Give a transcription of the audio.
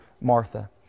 Martha